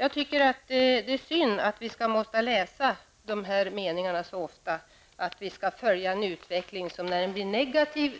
Jag tycker att det är synd att vi så ofta skall behöva läsa meningar om att vi skall följa en utveckling och om den blir negativ